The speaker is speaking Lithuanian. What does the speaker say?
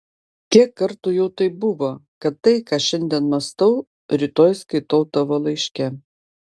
kiek kartų jau taip buvo kad tai ką šiandien mąstau rytoj skaitau tavo laiške